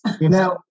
Now